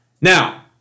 Now